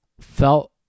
felt